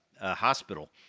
hospital